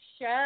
show